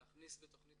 להכניס בתוכנית